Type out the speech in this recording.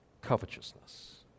covetousness